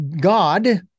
God